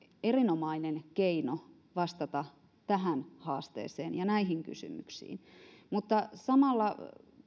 erinomainen keino vastata tähän haasteeseen ja näihin kysymyksiin mutta samalla